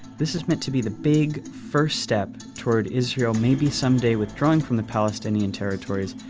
this is meant to be the big, first step toward israel maybe someday withdrawing from the palestinian territories,